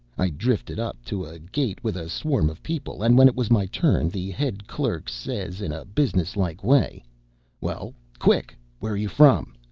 i drifted up to a gate with a swarm of people, and when it was my turn the head clerk says, in a business-like way well, quick! where are you from?